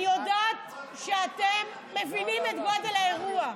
אני יודעת שאתם מבינים את גודל האירוע.